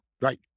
Right